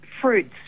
fruits